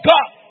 God